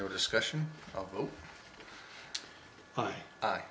the discussion of oh hi